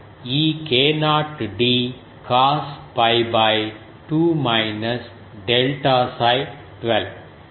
ఈ k0 d cos 𝜋 by 2 minus delta 𝜓 12 ఇది k0 d